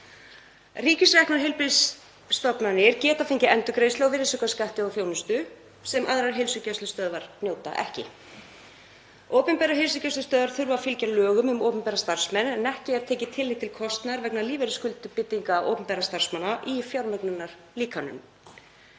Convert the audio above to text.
Ríkisreknar heilbrigðisstofnanir geta fengið endurgreiðslu á virðisaukaskatti af þjónustu sem aðrar heilsugæslustöðvar njóta ekki. Opinberar heilsugæslustöðvar þurfa að fylgja lögum um opinbera starfsmenn en ekki er tekið tillit til kostnaðar vegna lífeyrisskuldbindinga opinberra starfsmanna í fjármögnunarlíkaninu.